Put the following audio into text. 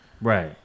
Right